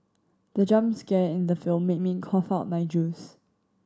the jump scare in the film made me cough out my juice